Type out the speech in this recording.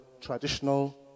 traditional